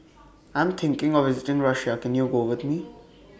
I'm thinking of visiting Russia Can YOU Go with Me